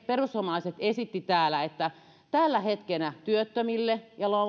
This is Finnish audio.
perussuomalaiset esitimme täällä että tällä hetkellä työttömille ja